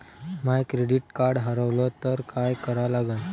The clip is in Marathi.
माय क्रेडिट कार्ड हारवलं तर काय करा लागन?